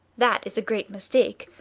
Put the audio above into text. that is a great mistake.